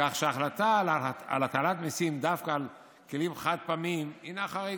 כך שההחלטה על הטלת מיסים דווקא על כלים חד-פעמיים היא חריגה.